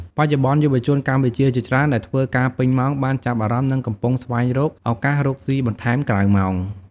បច្ចុប្បន្ន យុវជនកម្ពុជាជាច្រើនដែលធ្វើការពេញម៉ោងបានចាប់អារម្មណ៍និងកំពុងស្វែងរកឱកាសរកស៊ីបន្ថែមក្រៅម៉ោង។